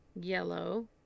yellow